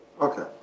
Okay